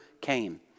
came